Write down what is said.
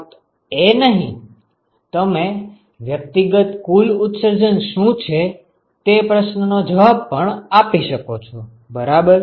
ફક્ત એ નહિ તમે વ્યક્તિગત કુલ ઉત્સર્જન શું છે તે પ્રશ્ન નો જવાબ પણ આપી શકો છો બરાબર